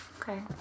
Okay